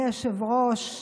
אדוני היושב-ראש,